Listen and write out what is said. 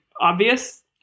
obvious